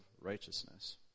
righteousness